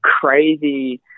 crazy